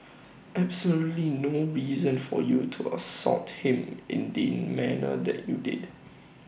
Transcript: absolutely no reason for you to assault him in the manner that you did